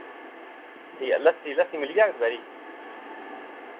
ठीक ऐ लस्सी लस्सी मिली जाह्ग दपैह्री